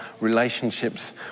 relationships